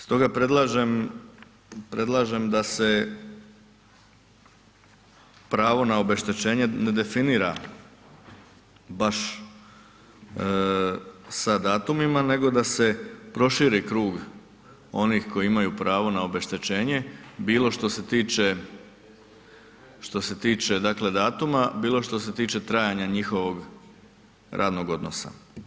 Stoga predlažem da se pravo na obeštećenje ne definira baš sa datumima nego da se proširi krug onih koji imaju pravo na obeštećenje, bilo što se tiče datum, bilo što se tiče trajanja njihovog radnog odnosa.